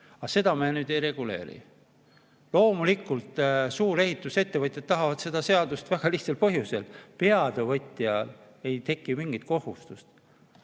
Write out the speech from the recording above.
Aga seda me ei reguleeri. Loomulikult, suurehitusettevõtjad tahavad seda seadust väga lihtsal põhjusel: peatöövõtjale ei teki mingit kohustust.